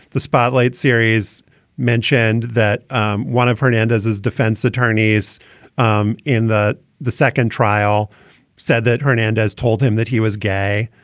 the spotlight series mentioned that um one of hernandez's defense attorneys um in the the second trial said that hernandez told him that he was gay.